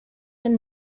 been